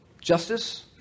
Justice